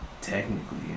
technically